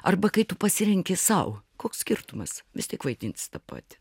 arba kai tu pasirenki sau koks skirtumas vis tiek vaidinsi tą patį